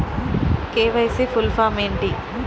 KYC full form ఏంటి?